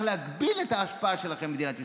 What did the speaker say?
להגביל את ההשפעה שלכם במדינת ישראל?